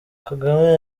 kagame